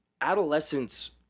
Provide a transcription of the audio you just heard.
adolescence